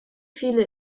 viele